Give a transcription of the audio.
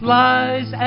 lies